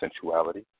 sensuality